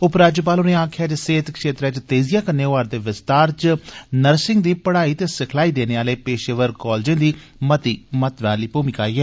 उपराज्यपाल होरें आक्खेया जे सेहत क्षेत्र च तेजिया कन्नै होआ रदे विस्तार च नर्सिंग दी पढ़ाई ते सिखलाई देने आर्ले पेशेवर कालजें दी मती महत्वै आली भूमिका ऐ